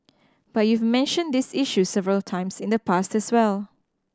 but you've mentioned these issues several times in the past as well